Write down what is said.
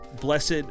blessed